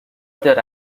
other